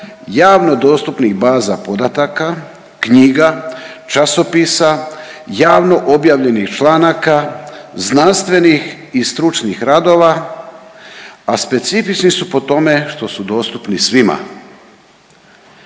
javno dostupnih baza podataka, knjiga, časopisa, javno objavljenih članaka, znanstvenih i stručnih radova, a specifični su po tome što su dostupni svima.